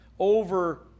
Over